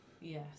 Yes